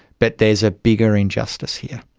but there's a bigger injustice here.